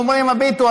אנחנו אומרים: הביטו,